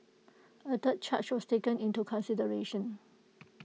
A third charge was taken into consideration